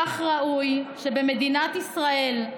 כך ראוי שבמדינת ישראל,